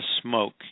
smoke